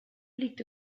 liegt